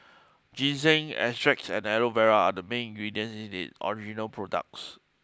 ginseng extracts and Aloe Vera are the main ingredients in its original products